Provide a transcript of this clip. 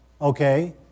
okay